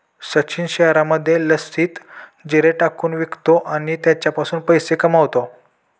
सचिन शहरामध्ये लस्सीत जिरे टाकून विकतो आणि त्याच्यापासून पैसे कमावतो